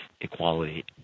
equality